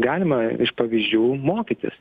galima iš pavyzdžių mokytis